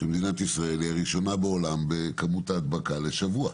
- מדינת ישראל היא הראשונה בעולם בכמות ההדבקה לשבוע.